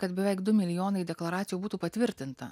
kad beveik du milijonai deklaracijų būtų patvirtinta